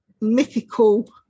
mythical